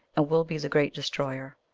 will be the great destroyer.